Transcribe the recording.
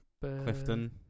Clifton